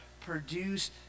produce